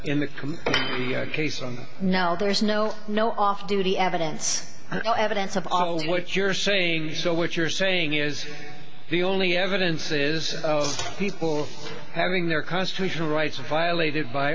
in the case of no there's no no off duty evidence evidence of all of what you're saying so what you're saying is the only evidence is of people having their constitutional rights violated b